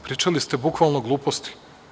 Pričali ste bukvalno gluposti.